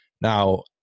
Now